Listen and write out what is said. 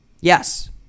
yes